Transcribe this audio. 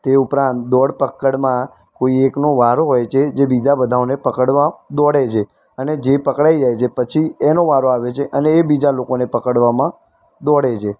તે ઉપરાંત દોડ પકડમાં કોઈ એકનો વારો હોય છે જે બીજા બધાઓને પકડવા દોડે છે અને જે પકડાઈ જાય છે પછી એનો વારો આવે છે અને એ બીજા લોકોને પકડવામાં દોડે છે